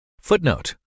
Footnote